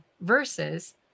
versus